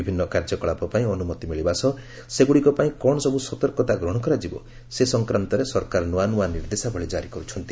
ବିଭିନ୍ନ କାର୍ଯ୍ୟକଳାପ ପାଇଁ ଅନୁମତି ମିଳିବା ସହ ସେଗୁଡ଼ିକ ପାଇଁ କ'ଣ ସବୁ ସତର୍କତା ଗ୍ରହଣ କରାଯିବ ସେ ସଂକ୍ରାନ୍ତରେ ସରକାର ନୂଆ ନୂଆ ନିର୍ଦ୍ଦେଶାବଳୀ ଜାରି କରୁଛନ୍ତି